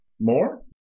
more